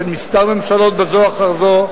של כמה ממשלות זו אחר זו,